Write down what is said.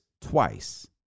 twice